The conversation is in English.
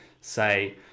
say